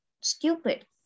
stupid